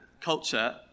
culture